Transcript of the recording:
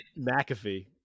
McAfee